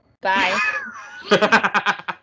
Bye